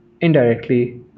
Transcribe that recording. Indirectly